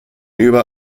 über